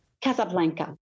Casablanca